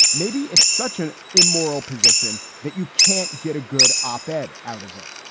maybe it's such an immoral position that you can't get a good op ed out of it.